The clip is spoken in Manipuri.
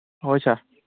ꯍꯣꯏ ꯁꯥꯔ